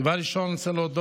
דבר ראשון אני רוצה להודות,